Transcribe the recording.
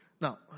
Now